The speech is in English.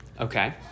Okay